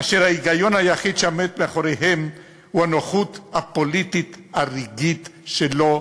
אשר ההיגיון היחיד שעומד מאחוריהם הוא הנוחות הפוליטית הרגעית שלו,